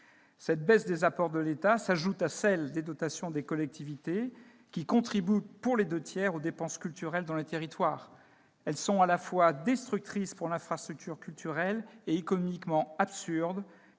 Cette baisse des apports de l'État s'ajoute à celle des dotations aux collectivités, qui contribuent pour les deux tiers aux dépenses culturelles dans les territoires. Elles sont à la fois destructrices pour l'infrastructure culturelle et économiquement absurdes,